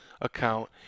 account